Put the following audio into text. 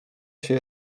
się